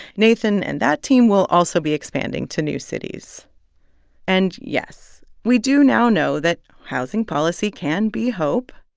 nathan and that team will also be expanding to new cities and, yes, we do now know that housing policy can be hope.